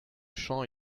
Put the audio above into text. champ